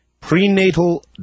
prenatal